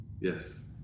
Yes